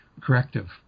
corrective